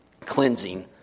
cleansing